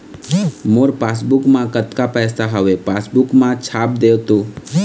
मोर passbook मा कतका पैसा हवे पासबुक मा छाप देव तो?